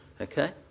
Okay